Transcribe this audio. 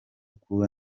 kuba